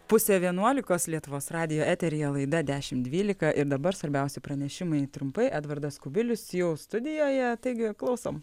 pusę vienuolikos lietuvos radijo eteryje laida dešimt dvylika ir dabar svarbiausi pranešimai trumpai edvardas kubilius jau studijoje taigi klausom